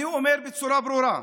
אני אומר בצורה ברורה,